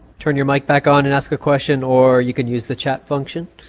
turn your mic back on and ask a question or you can use the chat function.